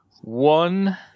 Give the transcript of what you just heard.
One